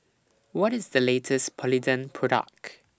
What IS The latest Polident Product